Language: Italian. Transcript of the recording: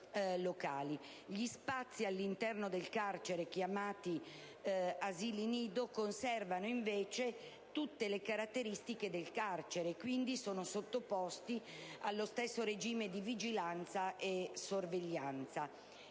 Gli spazi all'interno del carcere chiamati «asilo nido» conservano invece tutte le caratteristiche del carcere, e quindi sono sottoposti allo stesso regime di vigilanza e di sorveglianza.